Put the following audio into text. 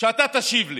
שאתה תשיב לי,